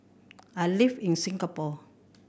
I live in Singapore